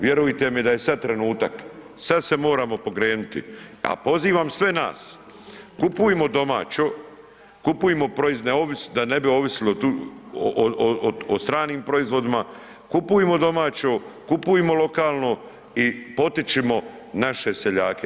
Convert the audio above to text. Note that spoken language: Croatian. Vjerujte mi da je sad trenutak, sad se moramo pokrenuti a pozivam sve nas, kupujmo domaće, kupujmo da ne bi ovisili o stranim proizvodima, kupujmo domaće, kupujmo lokalno i potičimo naše seljake.